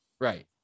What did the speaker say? Right